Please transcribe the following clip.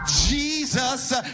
Jesus